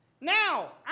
Now